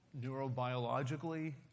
neurobiologically